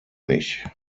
mich